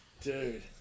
Dude